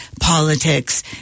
politics